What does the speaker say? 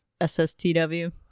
SSTW